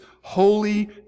holy